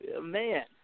Man